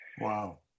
Wow